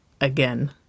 Again